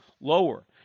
lower